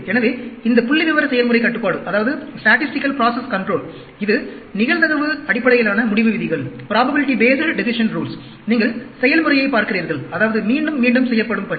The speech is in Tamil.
எனவே இந்த புள்ளிவிவர செயல்முறை கட்டுப்பாடு இது நிகழ்தகவு அடிப்படையிலான முடிவு விதிகள் நீங்கள் செயல்முறையைப் பார்க்கிறீர்கள் அதாவது மீண்டும் மீண்டும் செய்யப்படும் பணி